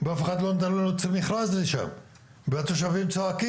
אף אחד גם לא נתן לו להוציא מכרז לשם והתושבים צועקים